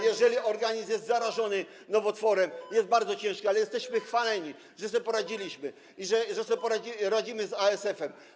Jeżeli organizm jest zarażony nowotworem, jest bardzo ciężko, ale jesteśmy chwaleni, że sobie poradziliśmy, że sobie radzimy z ASF.